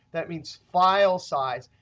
that means file size,